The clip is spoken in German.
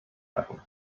treffen